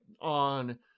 on